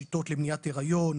שיטות למניעת הריון,